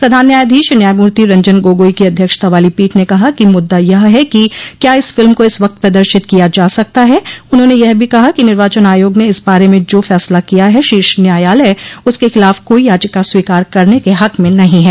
प्रधान न्यायाधीश न्यायमूर्ति रंजन गोगोई की अध्यक्षता वाली पीठ ने कहा कि मुद्दा यह है कि क्या इस फिल्म को इस वक्त प्रदर्शित किया जा सकता है उन्होंने यह भी कहा कि निर्वाचन आयोग ने इस बार में जो फैसला किया है शीर्ष न्यायालय उसके खिलाफ कोई याचिका स्वीकार करने के हक में नहीं है